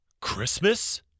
Christmas